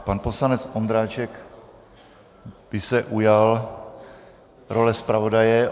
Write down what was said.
Pan poslanec Ondráček by se ujal role zpravodaje.